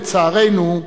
לצערנו,